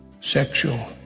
sexual